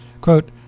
Quote